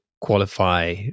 qualify